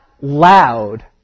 loud